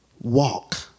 Walk